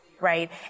right